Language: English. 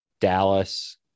Dallas